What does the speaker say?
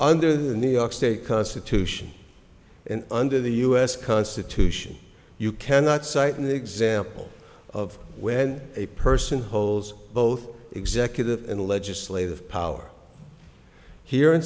under the new york state constitution and under the us constitution you cannot cite an example of when a person holds both executive and legislative power here in